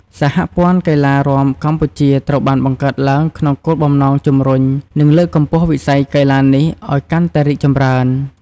សហព័ន្ធកីឡារាំកម្ពុជាត្រូវបានបង្កើតឡើងក្នុងគោលបំណងជំរុញ និងលើកកម្ពស់វិស័យកីឡានេះឲ្យកាន់តែរីកចម្រើន។